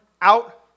out